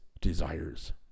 desires